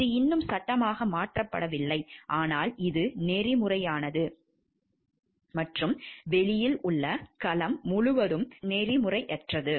இது இன்னும் சட்டமாக மாற்றப்படவில்லை ஆனால் இது நெறிமுறையானது மற்றும் வெளியில் உள்ள களம் முழுவதும் நெறிமுறையற்றது